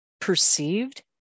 perceived